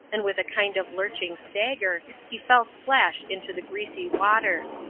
and with a kind of lurching stagger, he fell splash into the greasy water.